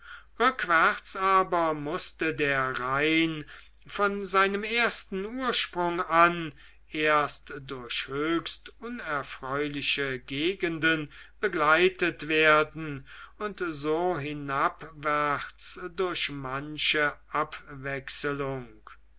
rückwärts aber mußte der rhein von seinem ersten ursprung an erst durch höchst unerfreuliche gegenden begleitet werden und so hinabwärts durch manche abwechselung